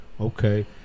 okay